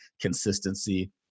consistency